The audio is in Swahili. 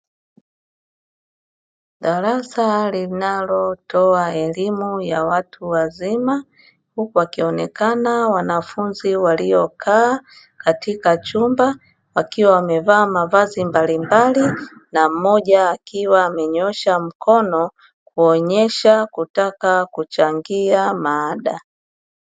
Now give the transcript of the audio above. Darasa linalotoa elimu ya watu wazima huku wakionekana wanafunzi waliokaa katika chumba wakiwa wamevaa mavazi mbalimbali, na mmoja akiwa amenyoosha mkono kuonyesha kutaka kuchangia mada.